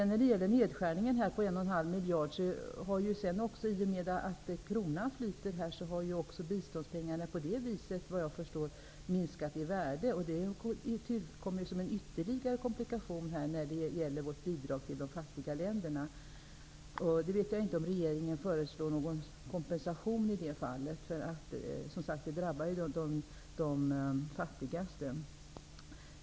När det gäller nedskärningen på 1 1/2 miljard vill jag också säga att biståndsmedlen har minskat i värde i och med att kronan nu har börjat flyta. Det är en tillkommande komplikation när det gäller biståndet till de fattiga länderna. Jag vet inte om regeringen föreslår någon kompensation i det fallet. Det drabbar, som sagt, de fattigaste.